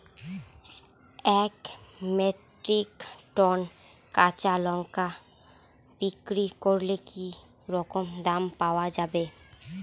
এক metric ton কাঁচা লঙ্কা বিক্রি করলে কি রকম দাম পাওয়া যাবে?